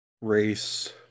Race